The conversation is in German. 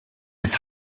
des